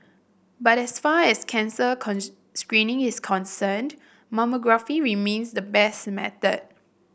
but as far as cancer screening is concerned mammography remains the best method